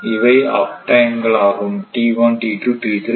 இவை uptime களாகும் t1 t2 மற்றும் t3